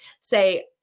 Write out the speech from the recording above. Say